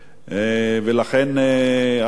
השר בגין,